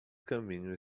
caminho